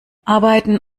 arbeiten